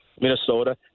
Minnesota